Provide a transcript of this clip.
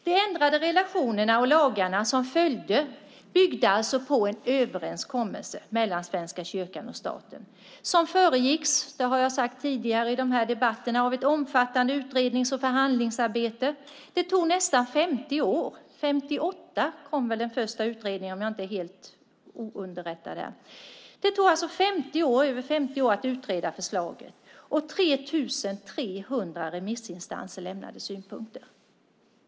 De ändrade relationerna och lagarna som följde byggde alltså på en överenskommelse mellan Svenska kyrkan och staten som föregicks - det har jag sagt tidigare i de här debatterna - av ett omfattande utrednings och förhandlingsarbete. Det tog nästan 50 år. År 1958 kom väl den första utredningen om jag inte är felunderrättad. Det tog alltså nästan 50 år att utreda förslaget. 3 300 remissinstanser lämnade synpunkter.